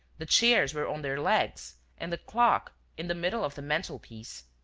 the chairs were on their legs and the clock in the middle of the mantel-piece.